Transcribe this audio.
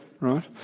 Right